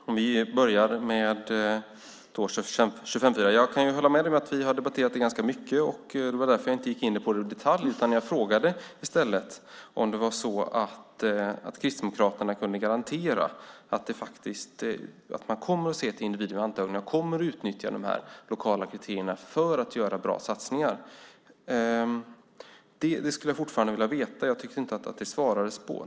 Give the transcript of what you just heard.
Fru talman! Om vi börjar med 25:4 kan jag hålla med dig om att vi har debatterat det ganska mycket. Det var därför jag inte gick in på det i detalj. Jag frågade i stället om Kristdemokraterna kunde garantera att man kommer att se till individen, att man vid antagningarna kommer att utnyttja de lokala kriterierna för att göra bra satsningar. Det skulle jag fortfarande vilja veta. Jag tyckte inte att jag fick svar på det.